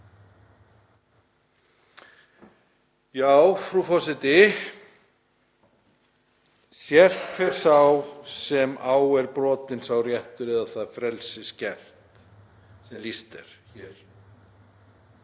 Já, frú forseti, sérhver sá sem á er brotinn sá réttur eða það frelsi skert sem lýst er